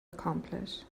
accomplish